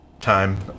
time